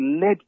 led